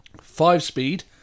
five-speed